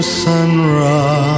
sunrise